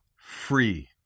free